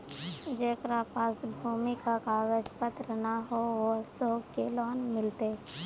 जेकरा पास भूमि का कागज पत्र न है वो लोग के लोन मिलते?